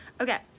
Okay